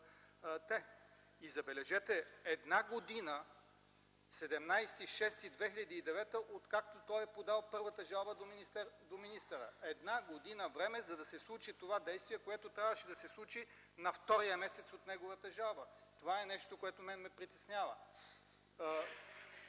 те. И забележете – една година – 17.06.2009 г., откакто той е подал първата жалба до министъра. Една година време, за да се случи това действие, което трябваше да се случи на втория месец от неговата жалба. Това е нещото, което мен ме притеснява.